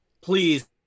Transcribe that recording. please